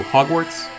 Hogwarts